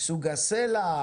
סוג הסלע,